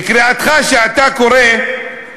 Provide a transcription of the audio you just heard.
קריאתך, שאתה קורא: